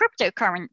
cryptocurrency